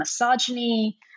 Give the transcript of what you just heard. misogyny